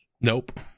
Nope